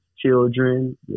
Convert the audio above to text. children